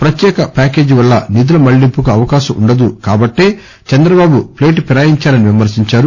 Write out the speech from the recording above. ప్రత్యేక ప్యాకేజీ వల్ల నిధుల మళ్ళింపుకు అవకాశం ఉండదు కాబట్లే చంద్రబాబు ప్లేటు ఫిరాయించారని విమర్పించారు